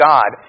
God